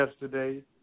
yesterday